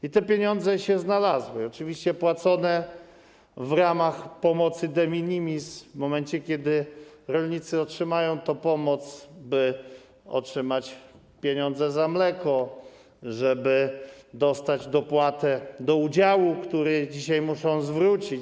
I te pieniądze się znalazły, oczywiście płacone w ramach pomocy de minimis w momencie, kiedy rolnicy otrzymają tę pomoc, by otrzymać pieniądze za mleko, żeby dostać dopłatę do udziału, który dzisiaj muszą zwrócić.